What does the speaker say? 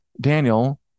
Daniel